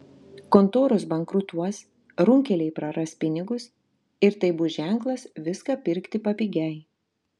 kontoros bankrutos runkeliai praras pinigus ir tai bus ženklas viską pirkti papigiai